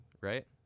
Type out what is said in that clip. right